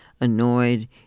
annoyed